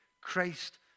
Christ